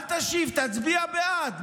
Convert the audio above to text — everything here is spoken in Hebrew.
אל תשיב, תצביע בעד.